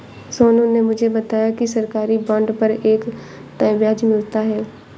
सोनू ने मुझे बताया कि सरकारी बॉन्ड पर एक तय ब्याज मिलता है